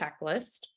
checklist